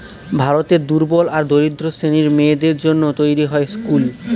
ভারতের দুর্বল আর দরিদ্র শ্রেণীর মেয়েদের জন্য তৈরী হয় স্কুল